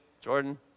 Jordan